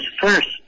first